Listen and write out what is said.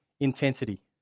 Intensity